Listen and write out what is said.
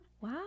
wow